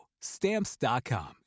Stamps.com